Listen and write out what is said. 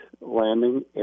Landing